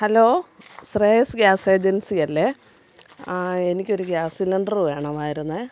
hello Shreyas gas agency അല്ലേ എനിക്കൊരു gas cylinder വേണമായിരുന്നെ